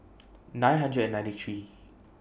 nine hundred and ninety three